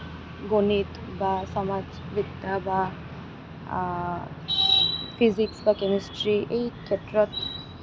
গণিত বা সমাজ বিদ্য়া বা ফিজিক্স বা কেমিষ্ট্ৰি এই ক্ষেত্ৰত